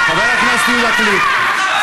מה, חבר הכנסת יהודה גליק.